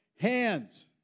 hands